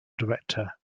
director